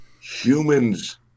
humans